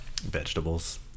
Vegetables